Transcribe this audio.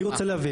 אני רוצה להבין.